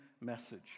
message